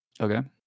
Okay